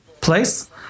place